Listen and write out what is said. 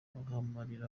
ahamagarira